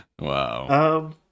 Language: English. Wow